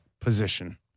position